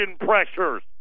pressures